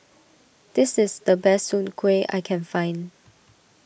this is the best Soon Kueh I can find